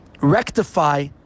rectify